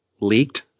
leaked